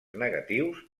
negatius